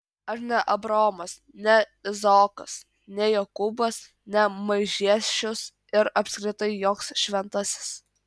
aš ne abraomas ne izaokas ne jokūbas ne maižiešius ir apskritai joks šventasis